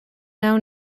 now